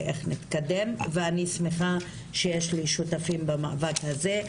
איך נתקדם ואני שמחה שיש לי שותפים למאבק הזה.